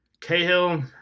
Cahill